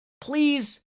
please